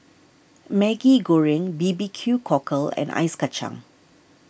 Maggi Goreng B B Q Cockle and Ice Kacang